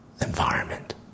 environment